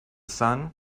sun